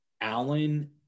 Allen